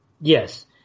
Yes